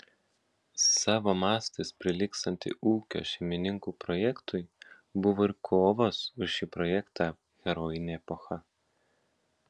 savo mastais prilygstantį ūkio šeimininkų projektui buvo ir kovos už šį projektą herojinė epocha